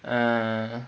uh